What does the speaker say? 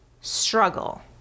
struggle